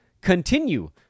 continue